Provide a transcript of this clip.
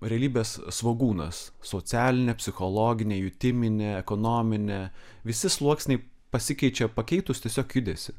realybės svogūnas socialinė psichologinė jutiminė ekonominė visi sluoksniai pasikeičia pakeitus tiesiog judesį